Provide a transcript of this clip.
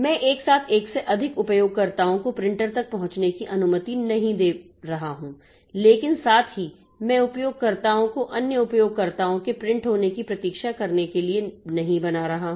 मैं एक साथ एक से अधिक उपयोगकर्ताओं को प्रिंटर तक पहुंचने की अनुमति नहीं दे रहा हूं लेकिन साथ ही मैं उपयोगकर्ताओं को अन्य उपयोगकर्ताओं के प्रिंट होने की प्रतीक्षा करने के लिए नहीं बना रहा हूं